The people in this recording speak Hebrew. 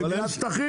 אבל אין שטחים.